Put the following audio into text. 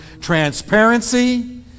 transparency